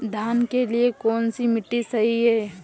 धान के लिए कौन सी मिट्टी सही है?